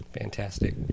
Fantastic